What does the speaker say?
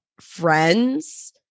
friends